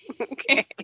Okay